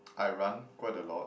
I run quite a lot